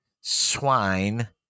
Swine